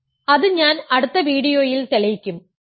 അത് ഞാൻ അടുത്ത വീഡിയോയിൽ തെളിയിക്കുo